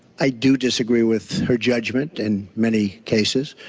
i do disagree with her judgment in many cases,